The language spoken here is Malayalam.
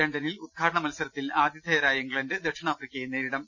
ലണ്ടനിൽ ഉദ്ഘാടന മത്സ രത്തിൽ ആതിഥേയരായ ഇംഗ്ലണ്ട് ദക്ഷിണാഫ്രിക്കയെ നേരിടും